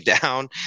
down